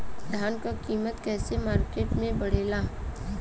धान क कीमत कईसे मार्केट में बड़ेला?